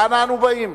ואנה אנו באים?